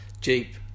Jeep